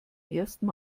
ersten